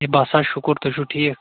ہے بَس حظ شُکُر تُہۍ چھِو ٹھیٖک